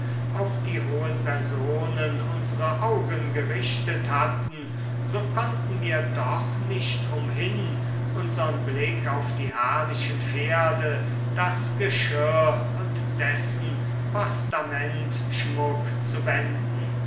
auf die hohen personen unsere augen gerichtet hatten so konnten wir doch nicht umhin unsern blick auf die herrlichen pferde das geschirr und dessen posamentschmuck zu wenden